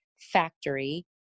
factory